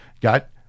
got